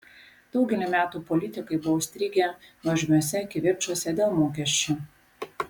daugelį metų politikai buvo užstrigę nuožmiuose kivirčuose dėl mokesčių